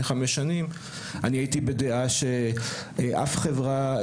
חמש שנים אני הייתי בדעה שאף חברה,